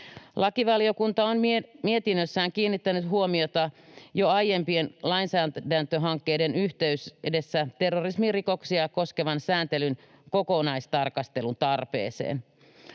Lakivaliokunta on mietinnössään kiinnittänyt huomiota jo aiempien lainsäädäntöhankkeiden yhteydessä terrorismirikoksia koskevan sääntelyn kokonaistarkastelun tarpeeseen.